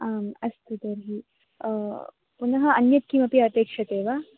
आम् अस्तु तर्हि पुनः अन्यत् किमपि अपेक्षते वा